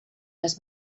les